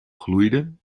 gloeide